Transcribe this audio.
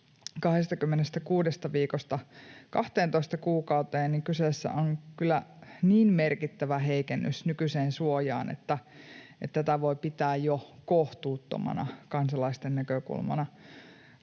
26 viikosta 12 kuukauteen, niin kyseessä on kyllä niin merkittävä heikennys nykyiseen suojaan, että tätä voi pitää jo kohtuuttomana kansalaisten näkökulmasta